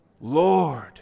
Lord